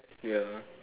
ya